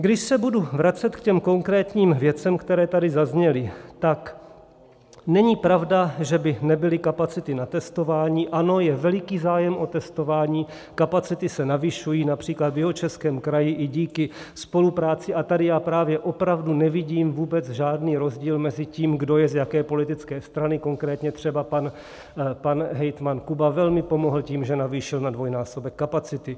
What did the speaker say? Když se budu vracet k těm konkrétním věcem, které tady zazněly, tak není pravda, že by nebyly kapacity na testování, ano, je veliký zájem o testování, kapacity se navyšují, například v Jihočeském kraji i díky spolupráci a tady já právě opravdu nevidím vůbec žádný rozdíl mezi tím, kdo je z jaké politické strany, konkrétně třeba pan hejtman Kuba velmi pomohl tím, že navýšil na dvojnásobek kapacity.